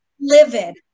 livid